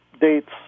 dates